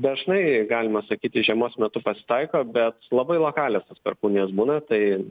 dažnai galima sakyti žiemos metu pasitaiko bet labai lokalios tos perkūnijos būna tai